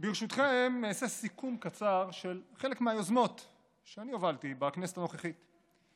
ברשותכם אעשה סיכום קצר של חלק מהיוזמות שאני הובלתי בכנסת הנוכחית: